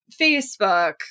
Facebook